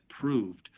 proved